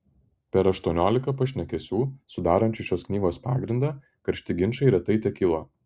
per aštuoniolika pašnekesių sudarančių šios knygos pagrindą karšti ginčai retai tekilo